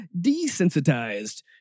desensitized